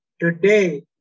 Today